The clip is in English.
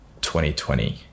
2020